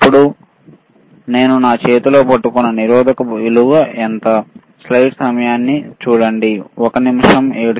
ఇప్పుడు నేను నా చేతిలో పట్టుకున్న నిరోధకం విలువ ఏమిటి